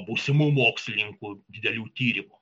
būsimų mokslininkų didelių tyrimų